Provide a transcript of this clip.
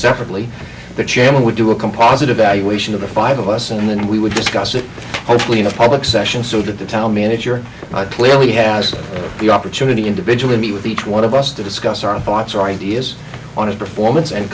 separately the chairman would do a composite evaluation of the five of us and then we would discuss it hopefully in a public session so that the town manager clearly has the opportunity individually meet with each one of us to discuss our thoughts or ideas on a performance and